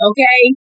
Okay